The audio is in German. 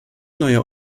neuer